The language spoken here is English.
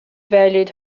valued